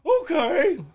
Okay